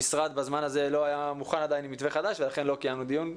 המשרד לא היה מוכן עדיין עם מתווה חדש ולכן לא קיימנו דיון.